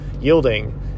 yielding